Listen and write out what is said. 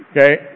Okay